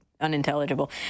unintelligible